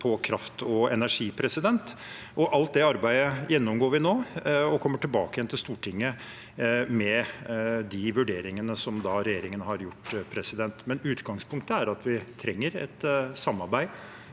av kraft og energi med omverdenen. Alt det arbeidet gjennomgår vi nå, og vi kommer tilbake til Stortinget med de vurderingene som regjeringen da har gjort. Men utgangspunktet er at vi trenger et samarbeid